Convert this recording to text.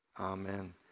amen